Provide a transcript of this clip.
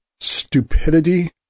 stupidity